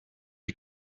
die